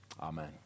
Amen